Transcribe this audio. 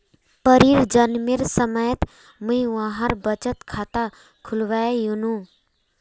परीर जन्मेर समयत मुई वहार बचत खाता खुलवैयानु